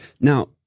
Now